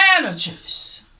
managers